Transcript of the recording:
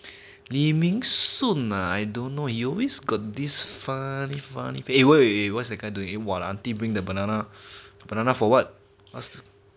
li ming shun I don't know you is got this funny funny eh wait wait wait wait what's that guy doing a !wah! aunty bring the banana banana for what